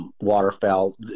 Waterfowl